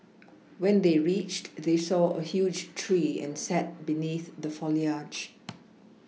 when they reached they saw a huge tree and sat beneath the foliage